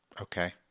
Okay